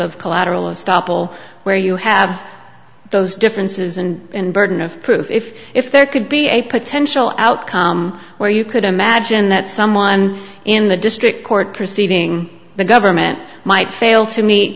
of collateral estoppel where you have those differences and in burden of proof if there could be a potential outcome where you could imagine that someone in the district court proceeding the government might fail to meet